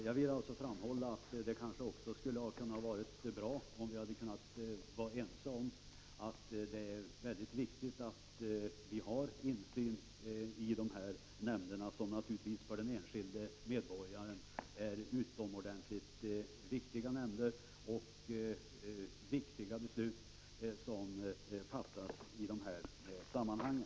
Jag vill alltså framhålla att det kanske också hade varit bra om vi hade kunnat vara ense om att det är mycket angeläget att ha insyn i de här nämnderna, som naturligtvis är mycket viktiga för den enskilde medborgaren och som fattar viktiga beslut i dessa sammanhang.